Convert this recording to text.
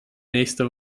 nächste